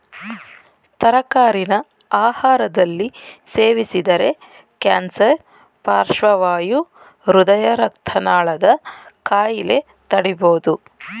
ತರಕಾರಿನ ಆಹಾರದಲ್ಲಿ ಸೇವಿಸಿದರೆ ಕ್ಯಾನ್ಸರ್ ಪಾರ್ಶ್ವವಾಯು ಹೃದಯ ರಕ್ತನಾಳದ ಕಾಯಿಲೆ ತಡಿಬೋದು